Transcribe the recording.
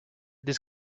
this